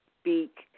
speak